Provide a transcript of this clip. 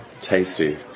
Tasty